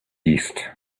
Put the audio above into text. east